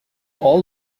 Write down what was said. all